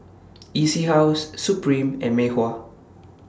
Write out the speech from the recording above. E C House Supreme and Mei Hua